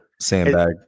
sandbag